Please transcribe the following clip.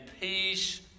peace